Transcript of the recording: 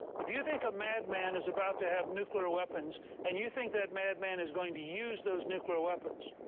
if you think a madman is about to have nuclear weapons and you think that madman is going to use those nuclear weapons,